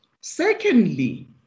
Secondly